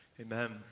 Amen